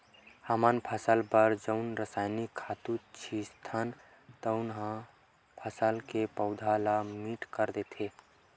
हमन फसल बर जउन रसायनिक खातू छितथन तउन ह फसल के पउधा ल मीठ कर देथे